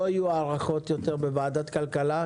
לא יהיו הארכות יותר בוועדת כלכלה.